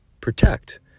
protect